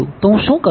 તો હું શું કરું